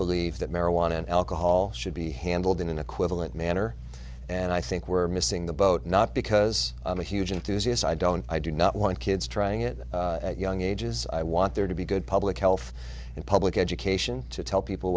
believe that marijuana and alcohol should be handled in an equivalent manner and i think we're missing the boat not because i'm a huge enthusiasm i don't i do not want kids trying it young ages i want there to be good public health and public education to tell people